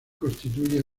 constituye